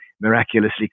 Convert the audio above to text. miraculously